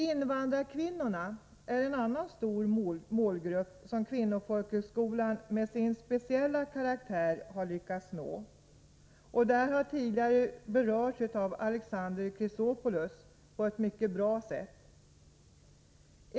Invandrarkvinnorna är en annan stor målgrupp som Kvinnofolkhögskolan med sin speciella karaktär har lyckats nå. Det har tidigare berörts av Alexander Chrisopoulos på ett mycket bra sätt.